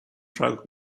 track